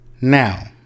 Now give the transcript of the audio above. Now